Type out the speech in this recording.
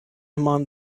among